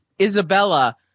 Isabella